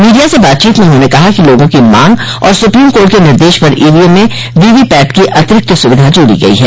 media से बातचीत में उन्होंने कहा कि लोगों की मांग और सुप्रीम कोट के निर्देश पर ईवीएम में वीवी पैट की अतिरिक्त सुविधा जोड़ी गई है